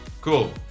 cool